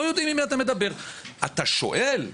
אתה שואל,